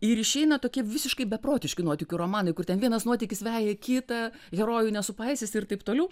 ir išeina tokie visiškai beprotiški nuotykių romanai kur ten vienas nuotykis veja kitą herojų nesupaisysi ir taip toliau